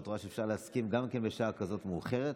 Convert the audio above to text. את רואה שאפשר להסכים גם בשעה כזאת מאוחרת.